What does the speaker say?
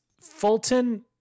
Fulton